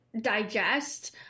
digest